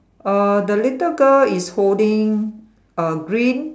err the little girl is holding a green